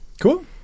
Cool